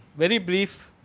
very brief